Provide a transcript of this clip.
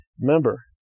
Remember